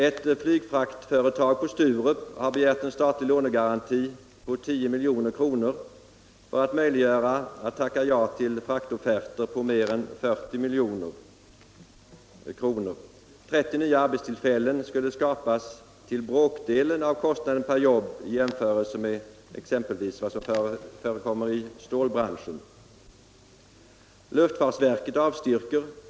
Ett flygfraktföretag på Sturup har begärt statlig lånegaranti på 10 milj.kr. för att kunna tacka ja till fraktofferter på mer än 40 milj.kr. 30 arbetstillfällen skulle skapas till bråkdelen av kostnaden per jobb i jämförelse med vad som förekommer i exempelvis stålbranschen. Luftfartsverket har avstyrkt.